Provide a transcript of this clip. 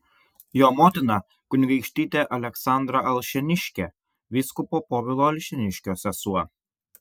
jo motina kunigaikštytė aleksandra alšėniškė vyskupo povilo alšėniškio sesuo